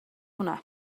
hwnna